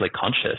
conscious